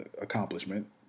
accomplishment